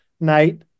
night